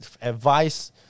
advice